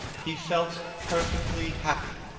he felt perfectly happy.